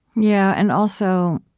yeah, and also,